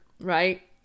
right